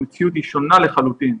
המציאות היא שונה לחלוטין,